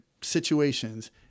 situations